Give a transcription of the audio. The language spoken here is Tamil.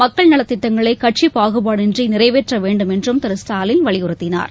மக்கள் நலத் திட்டங்களை கட்சி பாகுபாடின்றி நிறைவேற்ற வேண்டும் என்றும் திரு ஸ்டாலின் வலியுறுத்தினார்